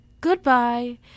Goodbye